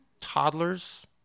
toddlers